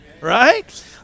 right